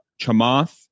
Chamath